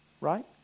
right